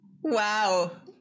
wow